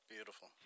Beautiful